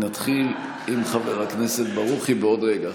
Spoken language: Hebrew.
נתחיל עם חבר הכנסת ברוכי עוד רגע.